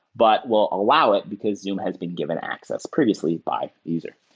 but will allow it because zoom has been given access previously by the user.